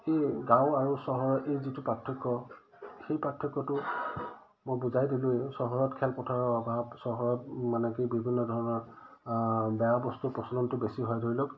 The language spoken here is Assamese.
এই গাঁও আৰু চহৰৰ এই যিটো পাৰ্থক্য সেই পাৰ্থক্যটো মই বুজাই দিলোঁৱে চহৰত খেলপথাৰৰ অভাৱ চহৰত মানে কি বিভিন্ন ধৰণৰ বেয়া বস্তুৰ প্ৰচলনটো বেছি হয় ধৰি লওক